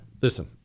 listen